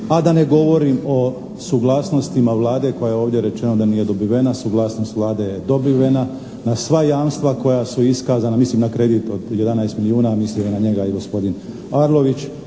a da ne govorim o suglasnostima Vlade koja je ovdje rečeno da nije dobivena, suglasnost Vlade je dobivena na sva jamstva koja su iskazana, mislim na kredit od 11 milijuna, mislio je na njega i gospodin Arlović